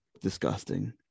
Disgusting